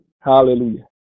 Hallelujah